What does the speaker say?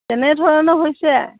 কেনেধৰণৰ হৈছে